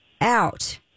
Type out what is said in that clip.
out